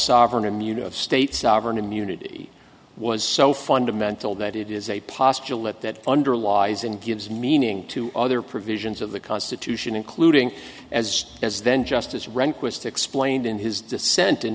sovereign immunity states sovereign immunity was so fundamental that it is a postulate that underlies and gives meaning to other provisions of the constitution including as as then justice rehnquist explained in his dissent in